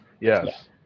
Yes